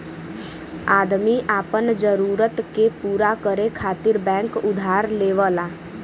आदमी आपन जरूरत के पूरा करे खातिर बैंक उधार लेवला